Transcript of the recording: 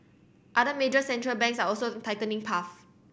other major Central Banks are also tightening path